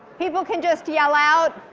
people can just yell out.